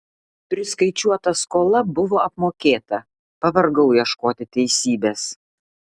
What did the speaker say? priskaičiuota skola buvo apmokėta pavargau ieškoti teisybės